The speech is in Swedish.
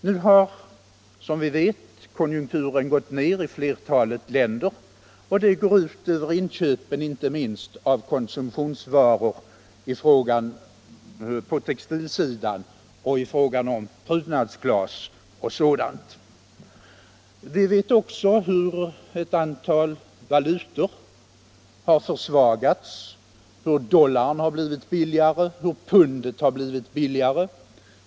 Nu har, som vi vet, konjunkturen gått ner i flertalet länder, och det går ut över inköpen inte minst av konsumtionsvaror på textilsidan och av prydnadsglas och sådant. Vi vet också att ett antal valutor har försvagats, att dollarn har blivit billigare och att pundet har-blivit billigare.